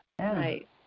right